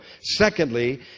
Secondly